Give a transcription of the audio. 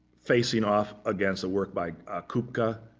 facing off against a work by ah kubka,